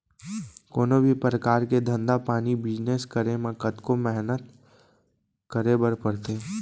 कोनों भी परकार के धंधा पानी बिजनेस करे म कतको मेहनत करे बर परथे